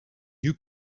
you